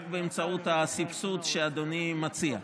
רק באמצעות הסבסוד שאדוני מציע.